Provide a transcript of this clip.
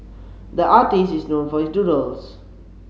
the artist is known for his doodles